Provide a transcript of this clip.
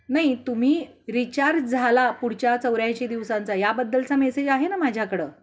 नाही तुम्ही रिचार्ज झाला पुढच्या चौऱ्याऐंशी दिवसांचा याबद्दलचा मेसेज आहे ना माझ्याकडं